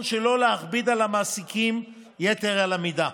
שלא להכביד על המעסיקים יתר על המידה,